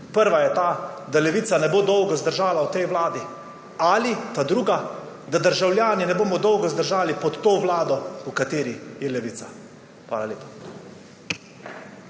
Prva je ta, da Levica ne bo dolgo zdržala v tej vladi. Ali druga, da državljani ne bomo dolgo zdržali pod to vlado, v kateri je Levica. Hvala lepa.